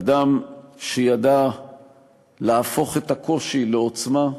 אדם שידע להפוך את הקושי לעוצמה,